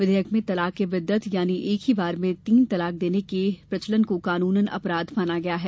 विधेयक में तलाक ए बिद्दत यानी एक ही बार में तीन तलाक देने के प्रचलन को कानूनन अपराध माना गया है